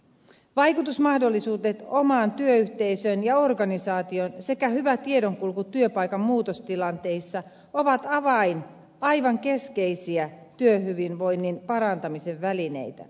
vaikutusmahdollisuudet omaan työyhteisöön ja organisaatioon sekä hyvä tiedonkulku työpaikan muutostilanteissa ovat aivan keskeisiä työhyvinvoinnin parantamisen välineitä